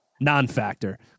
non-factor